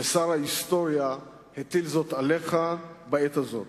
ושר ההיסטוריה הטיל זאת עליך בעת הזאת.